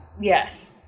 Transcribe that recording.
Yes